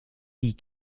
die